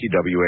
TWA